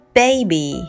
baby